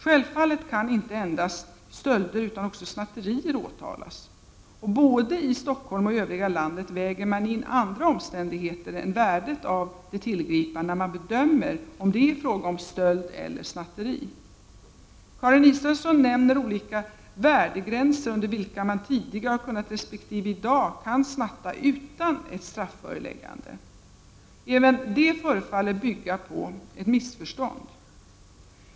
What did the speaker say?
Självfallet kan inte endast stölder utan också snatteri åtalas, och både i Stockholm och i övriga landet väger man in andra omständigheter än värdet av det tillgripna när man bedömer om det är fråga om stöld eller snatteri. Karin Israelsson nämner olika värdegränser under vilka man tidigare har kunnat resp. i dag kan snatta utan ett strafföreläggande. Även detta förefaller bygga på ett missförstånd.